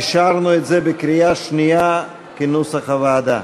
אישרנו את זה בקריאה שנייה, כנוסח הוועדה.